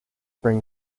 bring